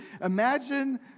imagine